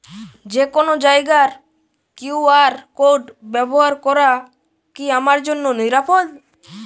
যে কোনো জায়গার কিউ.আর কোড ব্যবহার করা কি আমার জন্য নিরাপদ?